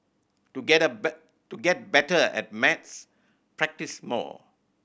to get to get better at maths practise more